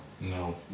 No